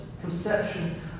conception